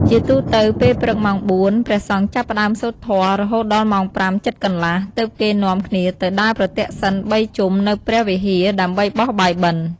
ជាទូទៅ ពេលព្រឹកម៉ោង៤ ព្រះសង្ឃចាប់ផ្តើមសូត្រធម៌ រហូតដល់ម៉ោង៥ជិតកន្លះ ទើបគេនាំ គ្នាទៅដើរប្រទក្សិណ ៣ ជុំនៅព្រះវិហារ ដើម្បីបោះបាយបិណ្ឌ។